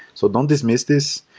so don't dismiss this.